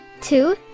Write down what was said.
two